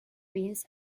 beans